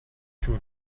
шүү